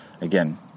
again